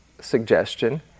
suggestion